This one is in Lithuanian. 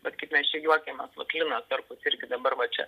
bet kaip mes čia juokiamės vat linas starkus irgi dabar va čia